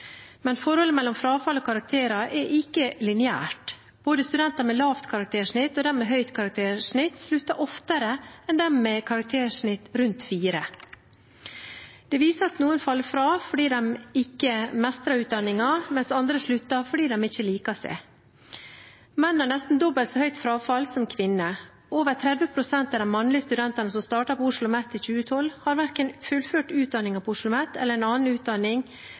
Men forholdet mellom frafall og karakterer er ikke lineært. Både studenter med lavt karaktersnitt og dem med høyt karaktersnitt slutter oftere enn dem med karaktersnitt rundt 4. Det viser at noen faller fra fordi de ikke mestrer utdanningen, mens andre slutter fordi de ikke liker seg. Menn har nesten dobbelt så høyt frafall som kvinner. Over 30 pst. av de mannlige studentene som startet på OsloMet i 2012, har ikke fullført verken utdanningen på OsloMet eller annen utdanning